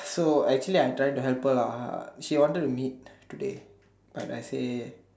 so actually I try to help her lah she wanted to meet today but I say